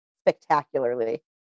spectacularly